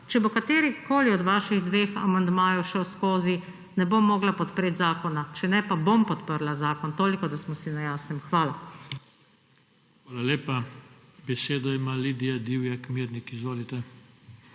Če bo katerikoli od vaših dveh amandmajev šel skozi, ne bom mogla podpreti zakona. Če ne, pa bom podprla zakon, toliko da smo si na jasnem. Hvala. **PODPREDSEDNIK JOŽE TANKO:** Hvala lepa. Besedo ima Lidija Divjak Mirnik. Izvolite.